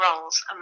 roles